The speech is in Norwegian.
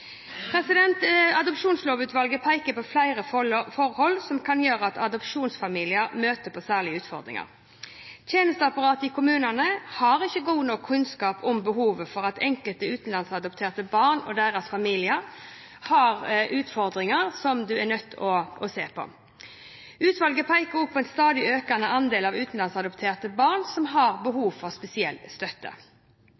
Adopsjonslovutvalget peker på flere forhold som kan gjøre at adopsjonsfamilier møter på særlige utfordringer. Tjenesteapparatet i kommunene har ikke god nok kunnskap om behovene til enkelte utenlandsadopterte barn og deres familier, og at de har utfordringer som en er nødt til å se på. Utvalget peker også på at en stadig økende andel av utenlandsadopterte barn har behov for spesiell støtte.